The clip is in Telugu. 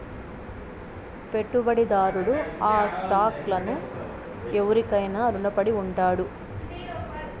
పెట్టుబడిదారుడు ఆ స్టాక్ లను ఎవురికైనా రునపడి ఉండాడు